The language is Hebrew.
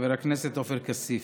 חבר הכנסת עופר כסיף,